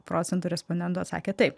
procentų respondentų atsakė taip